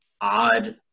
odd